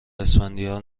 اسفندیار